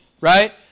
right